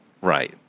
Right